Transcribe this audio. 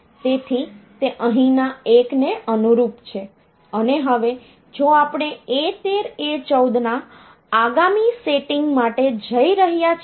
તેથી તે અહીં આ 1 ને અનુરૂપ છે અને હવે જો આપણે A13 A14 ના આગામી સેટિંગ માટે જઈ રહ્યા છીએ